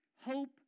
Hope